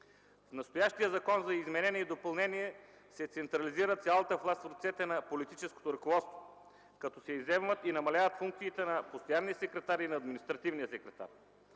В настоящия Закон за изменение и допълнение се централизира цялата власт в ръцете на политическото ръководство, като се изземват и намаляват функциите на постоянния секретар и на административния секретар.